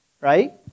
right